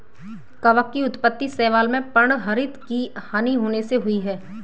कवक की उत्पत्ति शैवाल में पर्णहरित की हानि होने से हुई है